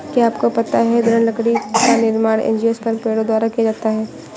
क्या आपको पता है दृढ़ लकड़ी का निर्माण एंजियोस्पर्म पेड़ों द्वारा किया जाता है?